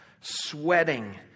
sweating